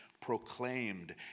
proclaimed